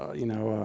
you know,